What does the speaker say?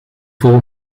vol